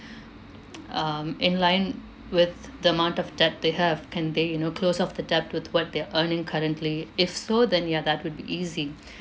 um in line with the amount of debt they have can they you know close off the debt with what they're earning currently if so then ya that would be easy